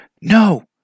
No